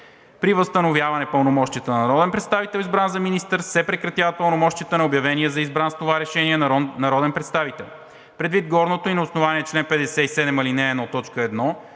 При възстановяване пълномощията на народен представител, избран за министър, се прекратяват пълномощията на обявения за избран с това решение народен представител. Предвид горното и на основание чл. 57, ал.